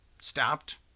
stopped